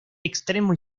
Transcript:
extremo